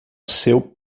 seu